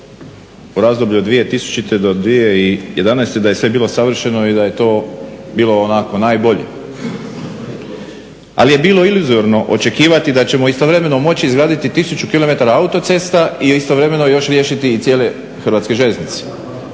u razdoblju od 2000. do 2011. da je sve bilo savršeno i da je to bilo onako, najbolje. Ali je bilo … očekivati da ćemo istovremeno moći izgraditi 1000km autocesta i istovremeno još riješiti i cijele hrvatske željeznice.